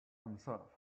himself